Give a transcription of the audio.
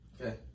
Okay